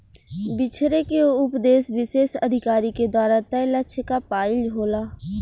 बिछरे के उपदेस विशेष अधिकारी के द्वारा तय लक्ष्य क पाइल होला